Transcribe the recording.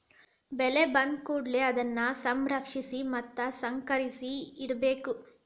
ಬೆಳೆ ಬಂದಕೂಡಲೆ ಅದನ್ನಾ ಸಂರಕ್ಷಿಸಿ ಮತ್ತ ಸಂಸ್ಕರಿಸಿ ಇಡಬೇಕು